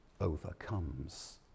overcomes